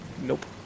Nope